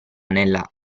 nella